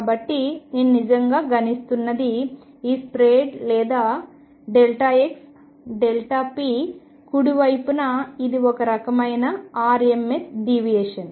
కాబట్టి నేను నిజంగా గణిస్తున్నది ఈ స్ప్రెడ్ లేదా x p కుడి వైపున ఇది ఒక రకమైన rms డీవియేషన్